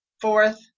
fourth